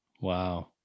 Wow